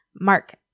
Mark